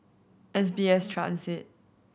S B S Transit